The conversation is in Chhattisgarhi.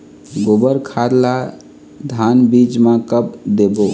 गोबर खाद ला धान बीज म कब देबो?